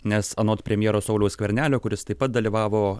nes anot premjero sauliaus skvernelio kuris taip pat dalyvavo